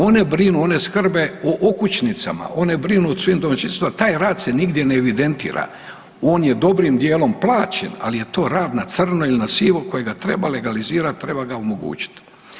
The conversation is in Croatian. One brinu, one skrbe o okućnicama, one brinu o …/nerazumljivo/… domaćinstvu, a taj rad se nigdje ne evidentira, on je dobrim dijelom plaćen, ali je to rad na crno ili na sivo kojeg treba legalizirati, treba ga omogućiti.